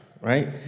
right